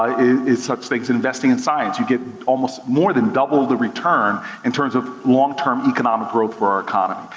in such things investing in science. you get almost more than double the return in terms of long term economic growth for our economy.